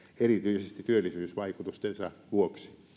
erityisesti työllisyysvaikutustensa vuoksi